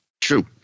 True